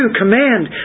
command